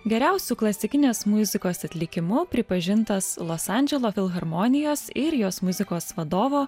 geriausiu klasikinės muzikos atlikimu pripažintas los andželo filharmonijos ir jos muzikos vadovo